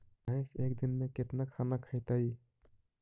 भैंस एक दिन में केतना खाना खैतई?